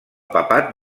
papat